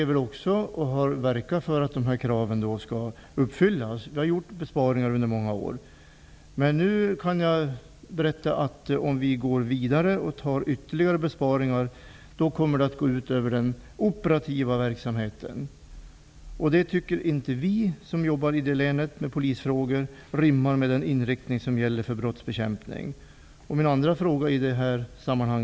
Vi har verkat för att dessa krav skall uppfyllas och gjort besparingar under många år. Ytterligare besparingar kommer att gå ut över den operativa verksamheten. Det tycker inte vi som jobbar med polisfrågor i länet rimmar med den inriktning som gäller för brottsbekämpning.